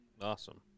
Awesome